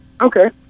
Okay